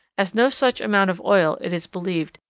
as no such amount of oil, it is believed,